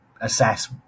assess